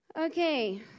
Okay